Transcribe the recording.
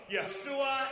Yeshua